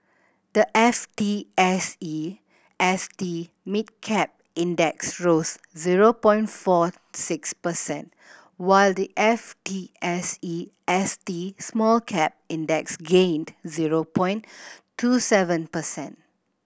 the F T S E S T Mid Cap Index rose zero point four six percent while the F T S E S T Small Cap Index gained zero point two seven percent